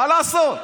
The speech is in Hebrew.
מה לעשות.